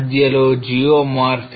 మధ్యలో geomorphic contact